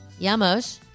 Yamosh